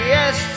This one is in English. Yes